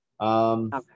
Okay